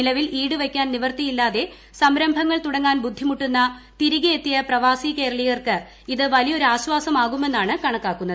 നിലവിൽ ഈട് വയ്ക്കാൻ നിവർത്തിയില്ലാതെ സംരംഭങ്ങൾ തുടങ്ങാൻ ബുദ്ധിമുട്ടുന്ന തിരികെയെ ത്തിയ പ്രവാസി കേരളീയർക്ക് ഇത് വലിയൊരാശ്വാസം ആകുമെന്നാണ് കണക്കാക്കുന്നത്